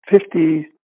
fifty